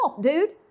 dude